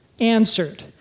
answered